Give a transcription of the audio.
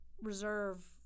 Reserve